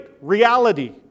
reality